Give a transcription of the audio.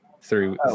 three